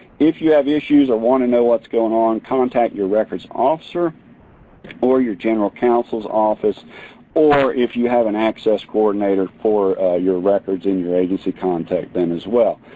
if you have issues or want to know what's going on, contact your records officer or your general counsel's office or if you have an access coordinator for your records and your agency, contact them as well.